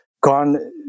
gone